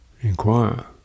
Inquire